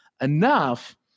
Enough